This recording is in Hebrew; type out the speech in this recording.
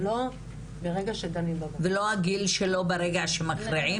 ולא הגיל שלו ברגע שמכריעים?